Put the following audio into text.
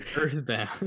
Earthbound